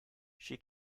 she